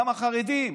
וגם החרדים.